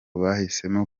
bahisemo